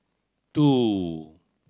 two